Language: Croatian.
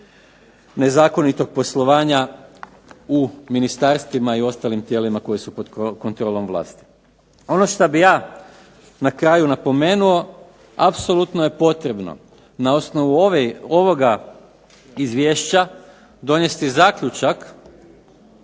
nezakonitog poslovanja u ministarstvima i ostalim tijelima koji su pod kontrolom vlasti. Ono što bih ja na kraju napomenuo apsolutno je potrebno na osnovu ovoga izvješća donijeti zaključak